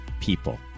people